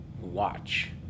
watch